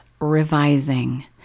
revising